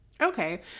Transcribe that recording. Okay